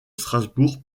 strasbourg